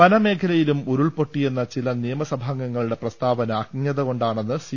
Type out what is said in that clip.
വനമേഖലയിലും ഉരുൾപ്പൊട്ടിയെന്ന ചില നിയമസഭാം ഗങ്ങളുടെ പ്രസ്താവന അജ്ഞത കൊണ്ടാണെന്ന് സി